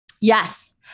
yes